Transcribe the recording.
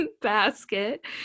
basket